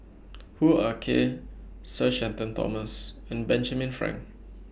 Hoo Ah Kay Sir Shenton Thomas and Benjamin Frank